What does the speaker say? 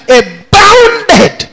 abounded